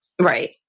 Right